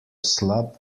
slab